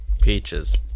Peaches